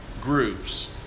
groups